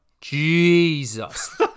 Jesus